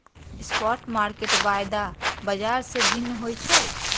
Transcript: spot market वायदा बाजार से भिन्न होइ छइ